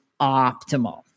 optimal